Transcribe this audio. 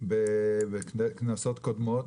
בכנסות קודמות,